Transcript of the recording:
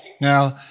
Now